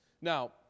Now